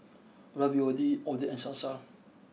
Ravioli Oden and Salsa